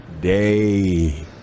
day